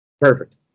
Perfect